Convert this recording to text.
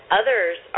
others